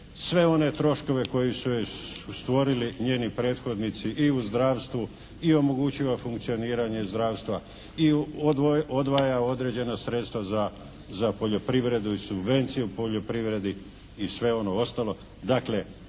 sve one troškove koje su joj stvorili njeni prethodnici i u zdravstvu i omogućila funkcioniranje zdravstva i odvaja određena sredstva za poljoprivredu i subvenciju u poljoprivredi i sve ono ostalo.